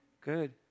Good